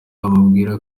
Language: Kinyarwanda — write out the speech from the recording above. amubwira